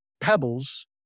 pebbles